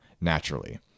naturally